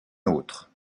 autre